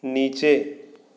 नीचे